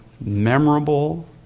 memorable